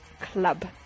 club